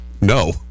No